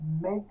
make